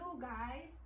guys